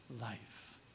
life